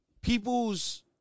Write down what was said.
people's